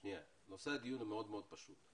נושא הדיון הוא מאוד פשוט: